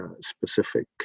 specific